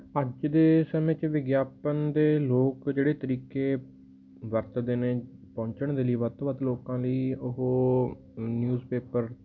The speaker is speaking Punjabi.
ਅੱਜ ਦੇ ਸਮੇਂ 'ਚ ਵਿਗਿਆਪਨ ਦੇ ਲੋਕ ਜਿਹੜੇ ਤਰੀਕੇ ਵਰਤਦੇ ਨੇ ਪਹੁੰਚਣ ਦੇ ਲਈ ਵੱਧ ਤੋਂ ਵੱਧ ਲੋਕਾਂ ਲਈ ਉਹ ਨਿਊਜ਼ਪੇਪਰ